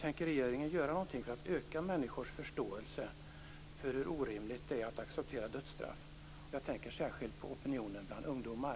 Tänker regeringen göra någonting för att öka människors förståelse för hur orimligt det är att acceptera dödsstraff? Jag tänker särskilt på opinionen bland ungdomar.